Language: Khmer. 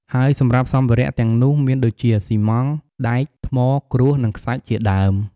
ហើយសម្រាប់សម្ភារៈទាំងនោះមានដូចជា ស៊ីម៉ង់ត៍ ដែក ថ្ម គ្រួស និងខ្សាច់ជាដើម។